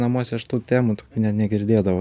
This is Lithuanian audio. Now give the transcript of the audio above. namuose aš tų temų tokių net negirdėdavau